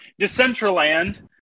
Decentraland